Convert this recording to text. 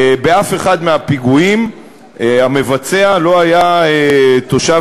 באף אחד מהפיגועים המבצע לא היה תושב